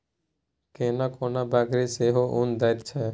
कोनो कोनो बकरी सेहो उन दैत छै